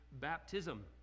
baptism